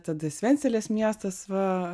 tada svencelės miestas va